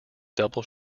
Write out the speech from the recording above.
double